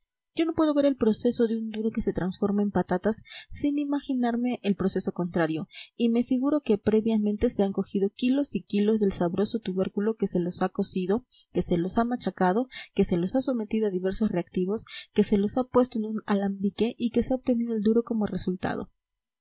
yo no puedo ver el proceso de un duro que se transforma en patatas sin imaginarme el proceso contrario y me figuro que previamente se han cogido kilos y kilos del sabroso tubérculo que se los ha cocido que se los ha machacado que se los ha sometido a diversos reactivos que se los ha puesto en un alambique y que se ha obtenido el duro como resultado